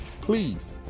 Please